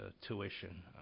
tuition